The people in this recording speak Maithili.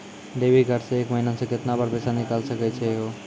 डेबिट कार्ड से एक महीना मा केतना बार पैसा निकल सकै छि हो?